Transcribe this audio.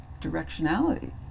directionality